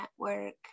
Network